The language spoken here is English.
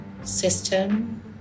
system